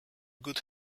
good